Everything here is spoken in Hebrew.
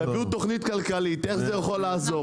שיביאו תוכנית כלכלית איך זה יכול לעזור?